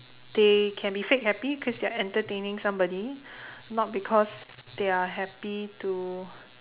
they can be fake happy cause they are entertaining somebody not because they are happy to